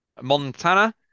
Montana